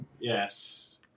Yes